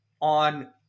on